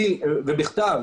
בכתב,